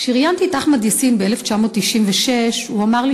כשראיינתי את אחמד יאסין ב-1996 הוא אמר לי